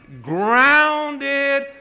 grounded